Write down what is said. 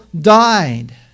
died